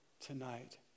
tonight